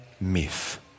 myth